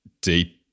deep